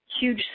huge